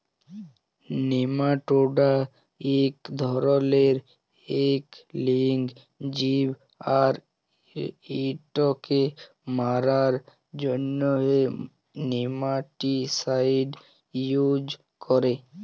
nematoda ইক ধরলের ইক লিঙ্গ জীব আর ইটকে মারার জ্যনহে নেমাটিসাইড ইউজ ক্যরে